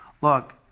Look